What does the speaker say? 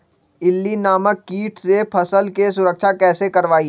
इल्ली नामक किट से फसल के सुरक्षा कैसे करवाईं?